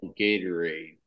Gatorade